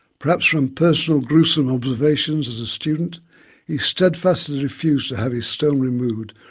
perhaps from personal gruesome observations as a student he steadfastly refused to have his stone removed,